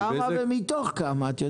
ומתוך כמה.